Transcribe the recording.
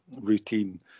routine